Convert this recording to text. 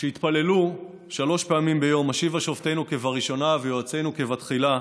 כשהתפללו שלוש פעמים ביום "השיבה שופטינו כבראשונה ויועצינו כבתחילה",